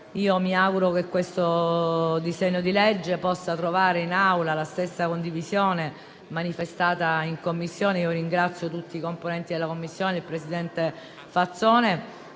Mi auguro che questo disegno di legge possa trovare in Assemblea la stessa condivisione manifestata in Commissione. Ringrazio tutti i componenti della Commissione e il presidente Fazzone,